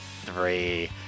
three